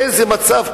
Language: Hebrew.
באיזה מצב,